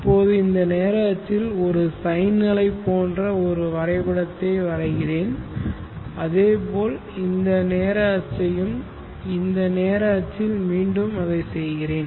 இப்போது இந்த நேர அச்சில் ஒரு சைன் அலை போன்ற ஒரு வரைபடத்தை வரைகிறேன் அதேபோல் இந்த நேர அச்சையும் இந்த நேர அச்சில் மீண்டும் அதை செய்கிறேன்